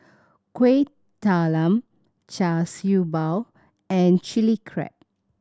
Kuih Talam Char Siew Bao and Chilli Crab